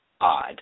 odd